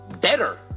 better